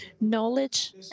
knowledge